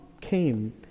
came